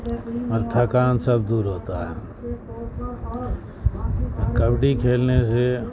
اور تھکان سب دور ہوتا ہے کبڈی کھیلنے سے